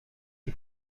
s’y